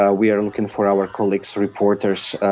ah we are looking for our colleague's reporters.